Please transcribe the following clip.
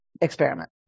experiment